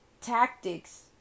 tactics